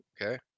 Okay